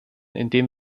indem